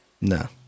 No